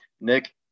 Nick